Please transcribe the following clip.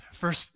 first